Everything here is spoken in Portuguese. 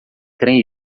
trem